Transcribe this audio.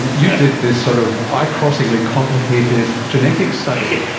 and you did this sort of eye-crossingly complicated genetic study.